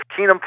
Keenum